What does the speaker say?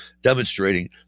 demonstrating